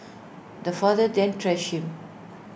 the father then thrashed him